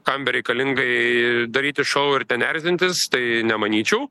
kam bereikalingai daryti šau ir ten erzintis tai nemanyčiau